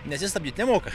nes jis stabdyt nemoka